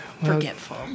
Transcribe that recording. forgetful